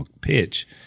pitch